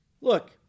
Look